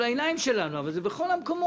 העיניים שלנו אבל זה קיים בכל המקומות.